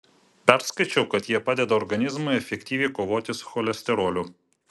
perskaičiau kad jie padeda organizmui efektyviai kovoti su cholesteroliu